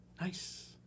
Nice